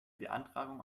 beantragung